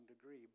degree